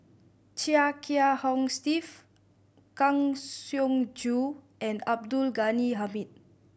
Chia Kiah Hong Steve Kang Siong Joo and Abdul Ghani Hamid